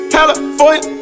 California